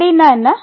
அப்படின்னா என்ன